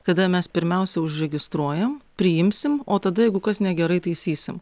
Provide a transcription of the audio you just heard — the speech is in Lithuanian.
kada mes pirmiausia užregistruojam priimsim o tada jeigu kas negerai taisysim